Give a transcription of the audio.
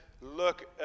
look